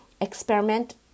experiment